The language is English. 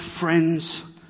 friends